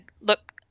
look